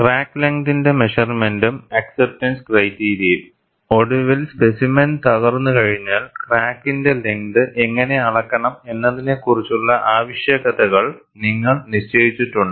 crack ലെങ്തിന്റെ മെഷർമെന്റും acceptance ക്രൈറ്റീരിയയും ഒടുവിൽ സ്പെസിമെൻ തകർന്നുകഴിഞ്ഞാൽ ക്രാക്കിന്റെ ലെങ്ത് എങ്ങനെ അളക്കണം എന്നതിനെക്കുറിച്ചുള്ള ആവശ്യകതകൾ നിങ്ങൾ നിശ്ചയിച്ചിട്ടുണ്ട്